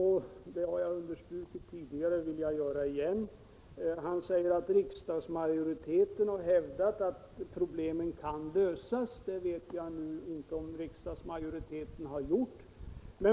Han säger emellertid att riksdagsmajoriteten har hävdat att alla problem kan lösas. Det vet jag inte om riksdagsmajoriteten har gjort.